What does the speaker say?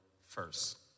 first